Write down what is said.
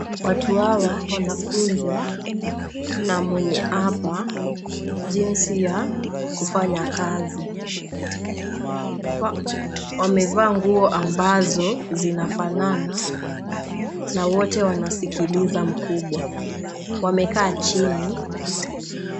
Watu hawa wanafunzwa na mwenye hapa jinsi ya kufanya kazi. Wamevaa nguo ambazo zinafanana na wote wanasikiza mkubwa. Wamekaa chini.